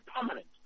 permanent